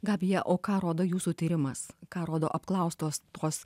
gabija o ką rodo jūsų tyrimas ką rodo apklaustos tos